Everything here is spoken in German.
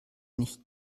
nicht